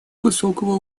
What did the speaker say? высокого